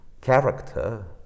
character